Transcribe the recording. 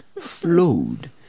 flowed